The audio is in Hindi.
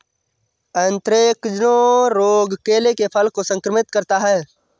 एंथ्रेक्नोज रोग केले के फल को संक्रमित करता है